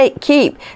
keep